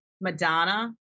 Madonna